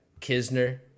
Kisner